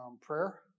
prayer